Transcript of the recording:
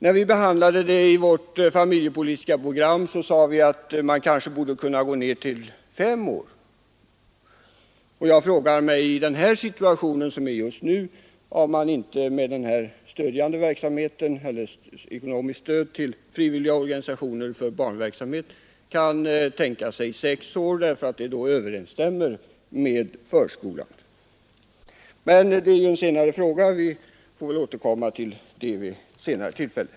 När vi behandlade den frågan i Broderskapsrörelsens familjepolitiska program sade vi, att man kanske skulle kunna gå ner till fem år med den verksamheten. Jag frågar mig om man inte i nuvarande situation kan gå ner till barn på sex år när det gäller ekonomiskt stöd till frivilliga organisationer för barnverksamhet, eftersom det skulle överensstämma med, den ålder då barnen börjat i förskolan. Men det är en fråga som vi får återkomma till vid senare tillfälle.